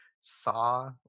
saw